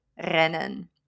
rennen